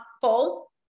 full